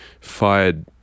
fired